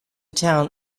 town